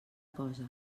cosa